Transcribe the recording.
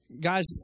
guys